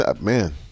Man